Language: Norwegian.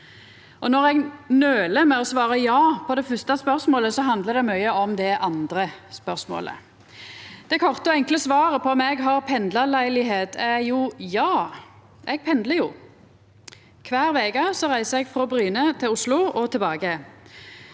Når eg nøler med å svara ja på det fyrste spørsmålet, handlar det mykje om det andre spørsmålet. Det korte og enkle svaret på om eg har pendlarleilegheit, er ja. Eg pendlar jo. Kvar veke reiser eg frå Bryne til Oslo og tilbake.